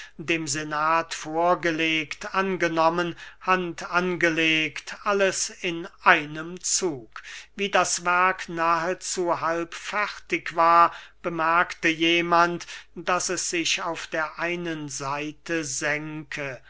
dem senat vorgelegt angenommen hand angelegt alles in einem zug wie das werk nahezu halb fertig war bemerkte jemand daß es sich auf der einen seite senke